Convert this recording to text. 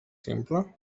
simple